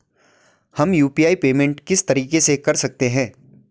हम UPI payment किस तरीके से कर सकते हैं?